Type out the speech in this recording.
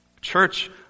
Church